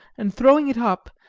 and throwing it up,